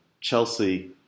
Chelsea